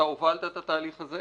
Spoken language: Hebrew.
הובלת את התהליך הזה.